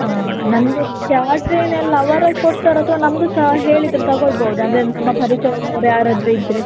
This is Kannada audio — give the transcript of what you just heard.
ಹಾಂ ನನಗೆ ಕ್ಯಾಟ್ರಿಂಗೆಲ್ಲ ಅವರೇ ಕೊಡ್ತಾರಾ ಅಥ್ವ ನಮ್ದು ಸಹ ಹೇಳಿದರೆ ತಗೋಳ್ಬೋದಾ ಅಂದರೆ ನಮ್ಮ ಪರಿಚಯದವ್ರು ಯಾರಾದರು ಇದ್ರೆ